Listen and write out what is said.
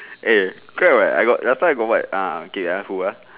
eh correct [what] I got last time I got what ah okay ah who ah